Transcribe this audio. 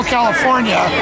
California